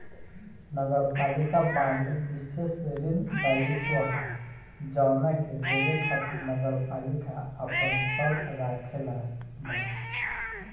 नगरपालिका बांड विशेष ऋण दायित्व ह जवना के देवे खातिर नगरपालिका आपन शर्त राखले बा